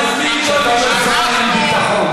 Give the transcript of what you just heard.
שאתה אומר "שר האין-ביטחון".